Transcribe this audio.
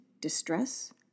distress